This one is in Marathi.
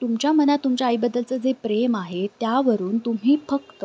तुमच्या मनात तुमच्या आईबद्दलचं जे प्रेम आहे त्यावरून तुम्ही फक्त